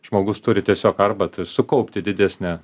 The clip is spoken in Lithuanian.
žmogus turi tiesiog arba tai sukaupti didesnę